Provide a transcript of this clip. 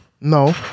no